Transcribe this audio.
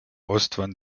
ostwand